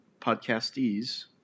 podcastees